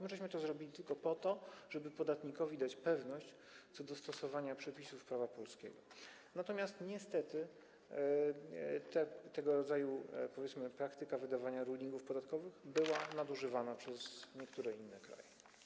Myśmy to zrobili tylko po to, żeby podatnikowi dać pewność co do stosowania przepisów prawa polskiego, natomiast niestety tego rodzaju praktyka wydawania rulingów podatkowych była nadużywana przez niektóre inne kraje.